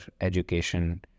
education